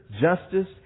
justice